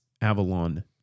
avalon